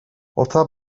hotza